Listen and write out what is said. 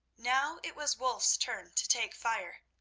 now it was wulf's turn to take fire.